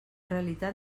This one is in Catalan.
realitat